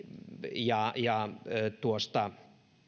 ja ja tuosta